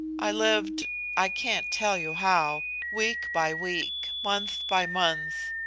i lived i can't tell you how week by week, month by month.